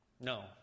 No